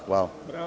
Hvala.